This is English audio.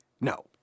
no